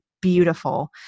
beautiful